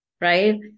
Right